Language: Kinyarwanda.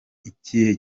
ikihe